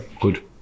good